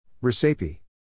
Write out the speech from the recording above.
Recipe